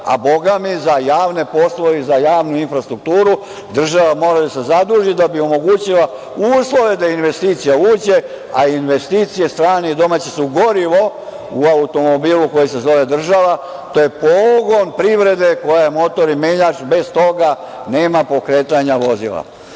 a bogami za javne poslove i javnu infrastrukturu država mora da se zaduži da bi omogućila uslove da investicija uđe, a investicije strane i domaće su gorivo u automobili koji se zove država. To je pogon privrede koja je motor i menjač. Bez toga nema pokretanja vozila. Dakle,